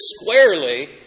squarely